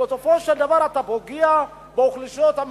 בסופו של דבר אתה פוגע באוכלוסיות המרכזיות,